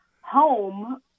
home